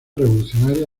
revolucionaria